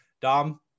Dom